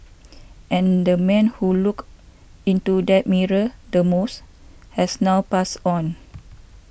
and the man who looked into that mirror the most has now passed on